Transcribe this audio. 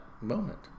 moment